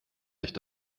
nicht